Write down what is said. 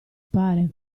pare